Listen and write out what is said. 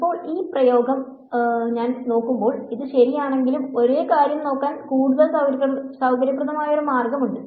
ഇപ്പോൾ ഞാൻ ഈ പ്രയോഗം നോക്കുമ്പോൾ ഇത് ശരിയാണെങ്കിലും ഒരേ കാര്യം നോക്കാൻ കൂടുതൽ സൌകര്യപ്രദമായ ഒരു മാർഗമുണ്ട്